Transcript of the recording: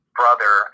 brother